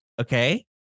okay